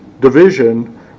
division